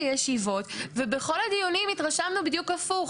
בנייה של ארבעים יחידות דיור לפחות,